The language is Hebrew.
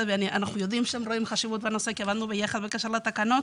ואנחנו יודעים שהם רואים חשיבות בנושא כי עבדנו ביחד בקשר לתקנות.